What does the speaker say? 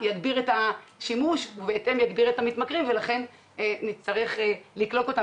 השימוש ובהתאם יגביר את המתמכרים ונצטרך לקלוט אותם